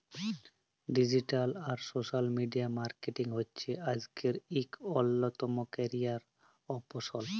digital আর social media marketing হছে আইজকের ইক অল্যতম ক্যারিয়ার অপসল